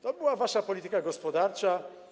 To była wasza polityka gospodarcza.